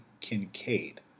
Kincaid